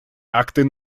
акты